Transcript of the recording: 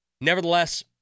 Nevertheless